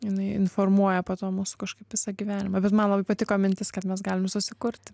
jinai informuoja po to mus kažkaip visą gyvenimą bet man labai patiko mintis kad mes galim susikurt